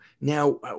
Now